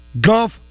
gulf